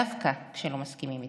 דווקא כשלא מסכימים איתו.